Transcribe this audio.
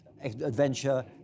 adventure